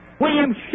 William